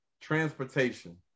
transportation